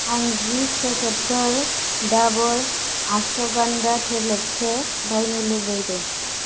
आं जि पेकेटफोर दाबर अश्वगन्धा टेब्लेटखो बायनो लुबैदो